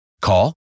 Call